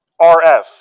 RF